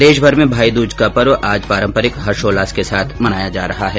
प्रदेशभर में भाईदूज का पर्व आज पारम्परिक हर्षोल्लास के साथ मनाया जा रहा है